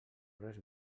res